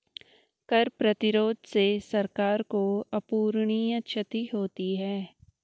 कर प्रतिरोध से सरकार को अपूरणीय क्षति होती है